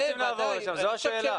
אנחנו רוצים לעבור, זאת השאלה.